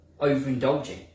overindulging